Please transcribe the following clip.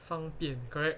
方便 correct